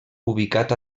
ubicat